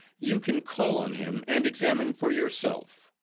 you can call on him and examine for yourself.